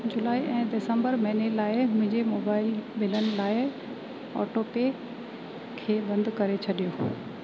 जुलाई ऐं दिसंबर महिने लाइ मुंहिंजे मोबाइल बिलनि लाइ ऑटोपे खे बंदि करे छॾियो